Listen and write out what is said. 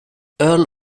earl